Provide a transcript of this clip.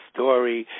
Story